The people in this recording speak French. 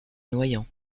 noyant